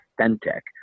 authentic